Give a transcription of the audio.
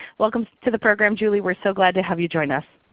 welcome to the program julie. we're so glad to have you join us.